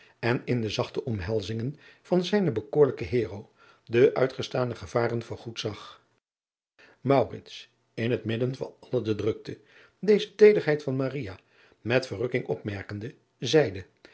en in de zachte omhelzingen van zijne bekoorlijke de uitgestane gevaren vergoed zag in het midden van al de drukte deze teederheid van met verrukking opmerkende zeide